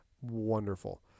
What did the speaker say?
wonderful